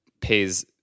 pays